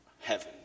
heaven